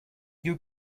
you